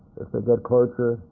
if they get cloture,